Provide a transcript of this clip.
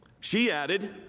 she added,